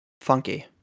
funky